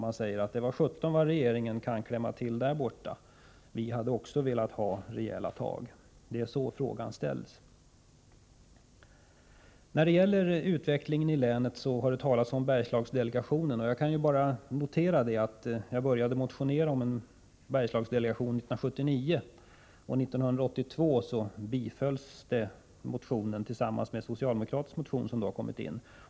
Man säger: Det var sjutton vad regeringen kan klämma till där borta, vi hade också velat ha rejäla tag. — Det är så det låter. När det gäller utvecklingen i länet har det talats om Bergslagsdelegationen. Jag kan bara notera att jag började motionera om en Bergslagsdelegation 1979. År 1982 bifölls motionen, tillsammans med en socialdemokratisk motion som då hade lämnats in.